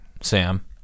Sam